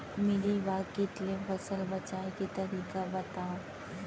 Mealybug किट ले फसल बचाए के तरीका बतावव?